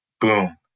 boom